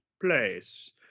place